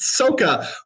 soka